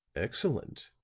excellent,